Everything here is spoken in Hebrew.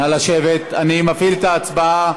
נא לשבת, אני מפעיל את ההצבעה.